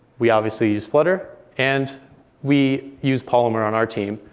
we obviously use flutter, and we use polymer on our team,